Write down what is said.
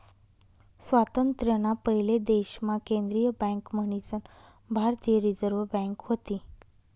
स्वातंत्र्य ना पयले देश मा केंद्रीय बँक मन्हीसन भारतीय रिझर्व बँक व्हती